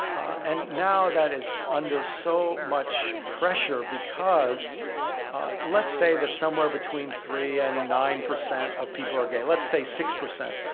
and now that is under so much pressure because let's say that somewhere between three and nine percent of people are gay. let's say six percent.